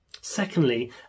secondly